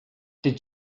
did